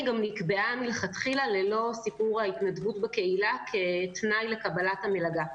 לכן היא גם נקבעה מלכתחילה ללא חובת ההתנדבות בקהילה כתנאי לקבלת המלגה.